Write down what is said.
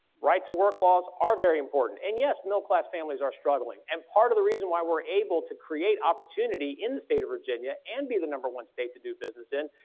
right to work laws are very important and yes middle class families are struggling and part of the reason why we're able to create opportunity in the state of virginia and be the number one state to do business in,